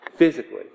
physically